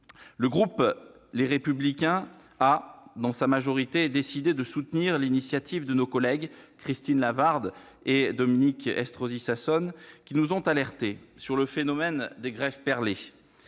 du groupe Les Républicains a décidé de soutenir l'initiative de nos collègues Christine Lavarde et Dominique Estrosi Sassone : elles nous ont alertés sur le phénomène des grèves perlées,